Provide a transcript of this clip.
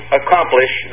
accomplish